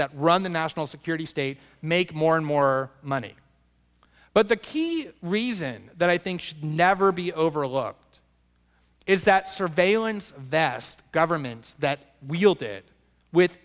that run the national security state make more and more money but the key reason that i think should never be overlooked is that surveillance that governments that wield it with